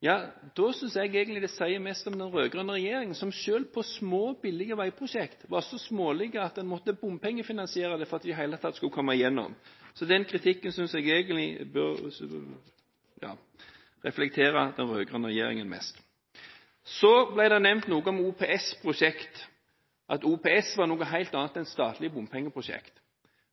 jeg egentlig det sier mest om den rød-grønne regjeringen, som selv i små, billige veiprosjekter var så smålige at en måtte bompengefinansiere dem for at de i det hele tatt skulle komme igjennom. Så den kritikken synes jeg egentlig mest reflekterer den rød-grønne regjeringen. Så ble det nevnt om OPS-prosjekter at det var noe helt annet enn statlige bompengeprosjekter.